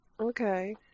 Okay